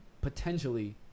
potentially